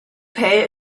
pay